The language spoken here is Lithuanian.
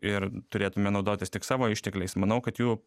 ir turėtume naudotis tik savo ištekliais manau kad jų